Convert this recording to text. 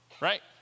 Right